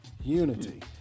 unity